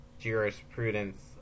jurisprudence